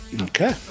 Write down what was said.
Okay